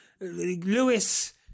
Lewis